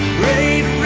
great